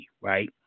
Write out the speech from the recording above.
right